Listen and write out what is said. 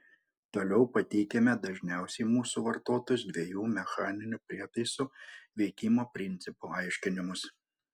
toliau pateikiame dažniausiai mūsų vartotus dviejų mechaninių prietaisų veikimo principų aiškinimus